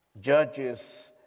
Judges